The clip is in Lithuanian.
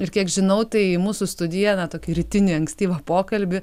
ir kiek žinau tai mūsų studija na tokį rytinį ankstyvą pokalbį